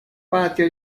patio